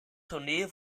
tournee